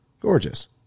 gorgeous